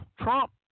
Trump